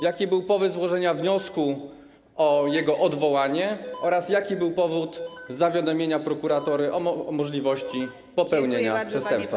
Jaki był powód złożenia wniosku o jego odwołanie oraz jaki był powód zawiadomienia prokuratury o możliwości popełnienia przestępstwa?